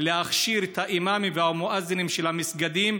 להכשיר את האימאמים ואת המואזינים של המסגדים.